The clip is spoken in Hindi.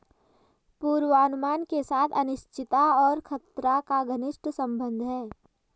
पूर्वानुमान के साथ अनिश्चितता और खतरा का घनिष्ट संबंध है